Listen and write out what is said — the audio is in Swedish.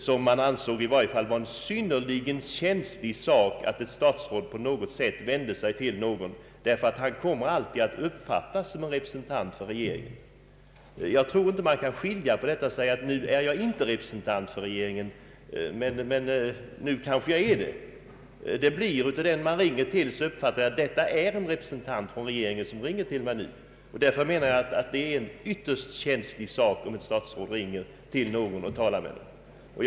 Det ansågs vara en synnerligen känslig sak vad ett statsråd företar sig, därför att ett statsråd alltid uppfattas som en representant för regeringen. Man kan inte skilja på detta och vid det ena tillfället anse sig representera regeringen, vid det andra icke. Därför anser jag att det är en ytterst känslig fråga när ett statsråd i en sak som måste anses offentlig ringer upp en person. Detta statsråd uppfattas då som en representant för regeringen.